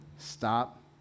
stop